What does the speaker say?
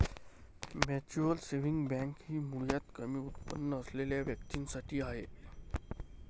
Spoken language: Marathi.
म्युच्युअल सेव्हिंग बँक ही मुळात कमी उत्पन्न असलेल्या व्यक्तीं साठी आहे